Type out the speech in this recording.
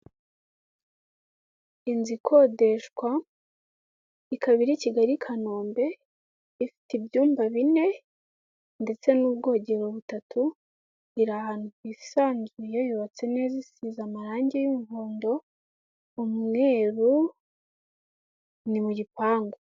Inzu ikodeshwa ikaba iri Kigali Kanombe ifite ibyumba bine ndetse n'ubwogero butatu, iri ahantu hisanzuye yubatse neza isize amarange y'umuhondo, umweru ni mu gipangu.